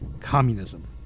communism